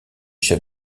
chef